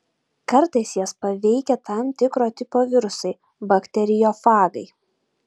kartais jas paveikia tam tikro tipo virusai bakteriofagai